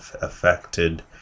affected